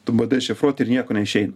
tu bandai šifruot ir nieko neišeina